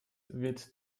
wird